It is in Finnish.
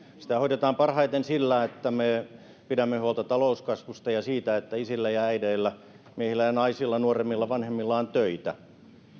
sitä hoidetaan parhaiten sillä että me pidämme huolta talouskasvusta ja siitä että isillä ja äideillä miehillä ja naisilla nuoremmilla ja vanhemmilla on töitä